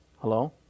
Hello